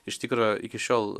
iš tikro iki šiol